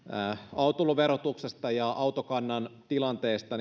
autoilun verotuksesta ja autokannan tilanteesta